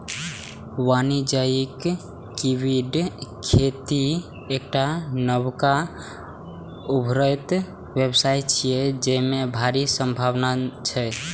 वाणिज्यिक कीवीक खेती एकटा नबका उभरैत व्यवसाय छियै, जेमे भारी संभावना छै